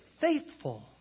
faithful